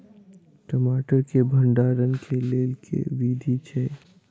टमाटर केँ भण्डारण केँ लेल केँ विधि छैय?